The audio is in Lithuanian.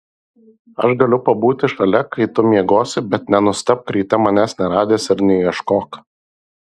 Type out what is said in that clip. aš galiu pabūti šalia kai tu miegosi bet nenustebk ryte manęs neradęs ir neieškok